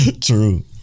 True